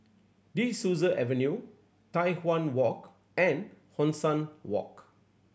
De Souza Avenue Tai Hwan Walk and Hong San Walk